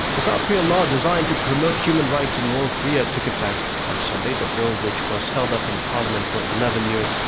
a south korean law designed to promote human rights in north korea took effect on sunday. the bill which was held up in parliament for eleven years.